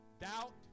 Doubt